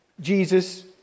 Jesus